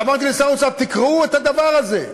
ואמרתי לשר האוצר: תקראו את הדבר הזה.